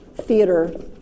Theater